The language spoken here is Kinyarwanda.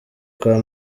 kwa